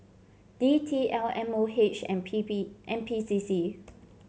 D T L M O H and N P B N P C C